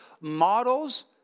models